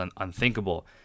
unthinkable